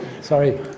Sorry